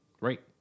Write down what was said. right